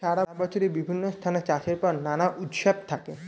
সারা বছরই বিভিন্ন স্থানে চাষের পর নানা উৎসব থাকে